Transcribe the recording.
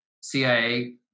CIA